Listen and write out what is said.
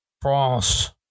France